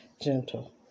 gentle